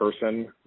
person